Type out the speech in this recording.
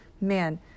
man